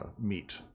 meet